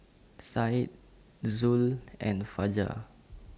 Said Zul and Fajar